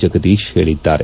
ಜಗದೀಶ್ ಹೇಳಿದ್ದಾರೆ